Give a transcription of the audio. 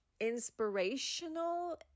inspirational